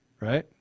right